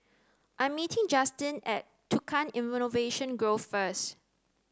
I am meeting Justine at Tukang Innovation Grove first